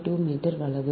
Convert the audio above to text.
2 metre வலது